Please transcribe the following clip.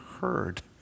heard